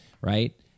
right